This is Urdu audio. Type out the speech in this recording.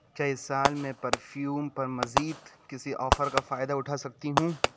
کیا اس سال میں پرفیوم پر مزید کسی آفر کا فائدہ اٹھا سکتی ہوں